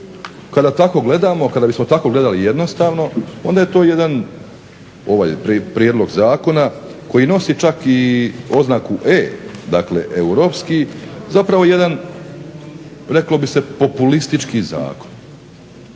kada tako gledamo, kada bismo tako gledali jednostavno onda je to jedan ovaj prijedlog zakona koji nosi čak i oznaku E, dakle europski, zapravo jedan reklo bi se populistički zakon.